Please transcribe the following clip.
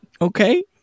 okay